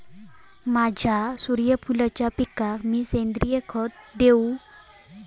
माझ्या सूर्यफुलाच्या पिकाक मी सेंद्रिय खत देवू?